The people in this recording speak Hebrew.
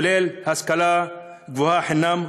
כולל השכלה גבוהה חינם,